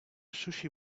sushi